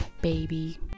baby